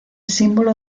símbolo